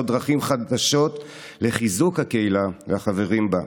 דרכים חדשות לחיזוק הקהילה והחברים בה.